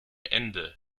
ende